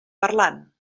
parlant